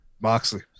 Moxley